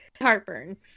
heartburn